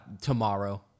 tomorrow